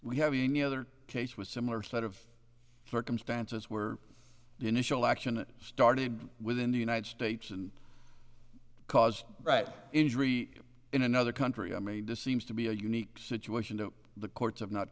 we have any other case with similar set of circumstances where initial action started within the united states and cause right injury in another country i mean to seems to be a unique situation to the courts